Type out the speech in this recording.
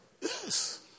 Yes